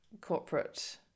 corporate